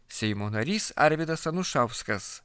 seimo narys arvydas anušauskas